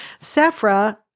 Sephra